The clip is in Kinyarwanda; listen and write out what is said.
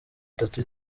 itatu